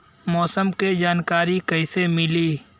मौसम के जानकारी कैसे मिली?